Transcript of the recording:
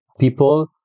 people